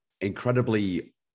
incredibly